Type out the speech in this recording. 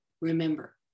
remember